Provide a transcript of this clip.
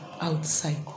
outside